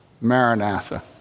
Maranatha